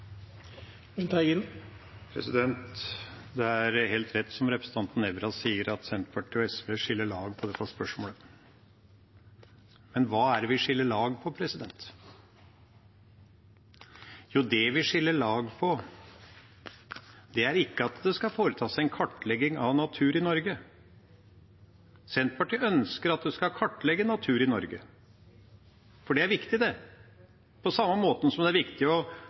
det vi skiller lag på? Det vi skiller lag på, gjelder ikke at det skal foretas en kartlegging av natur i Norge. Senterpartiet ønsker at en skal kartlegge natur i Norge, for det er viktig, på samme måte som det er viktig